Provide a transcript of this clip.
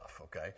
okay